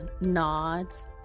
nods